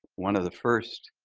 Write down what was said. one of the first